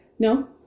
No